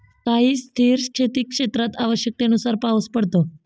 काही स्थिर शेतीक्षेत्रात आवश्यकतेनुसार पाऊस पडतो